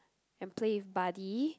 and play with Buddy